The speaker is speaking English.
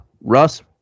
Russ